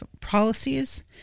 policies